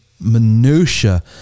minutiae